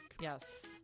Yes